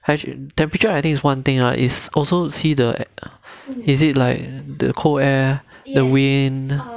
temperature I think is one thing ah is also see the is it like the cold air the wind